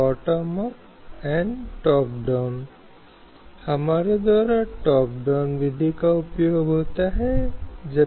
ये निर्देश सिद्धांत संविधान के भाग चार में निहित हैं